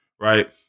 Right